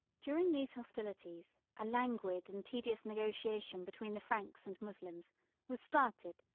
during these hostilities, a languid and tedious negotiation between the franks and moslems was started,